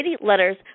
letters